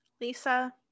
Lisa